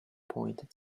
pointed